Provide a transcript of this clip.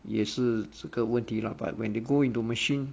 也是这个问题 lah but when they go into machine uh